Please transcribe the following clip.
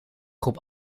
groep